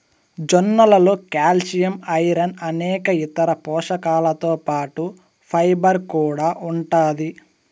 జొన్నలలో calcium, iron అనేక ఇతర పోషకాలతో పాటు ఫైబర్ కూడా ఉంటాది